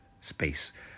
space